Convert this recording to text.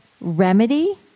remedy